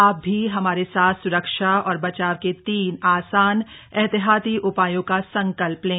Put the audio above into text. आप भी हमारे साथ स्रक्षा और बचाव के तीन आसान एहतियाती उपायों का संकल्प लें